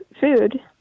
food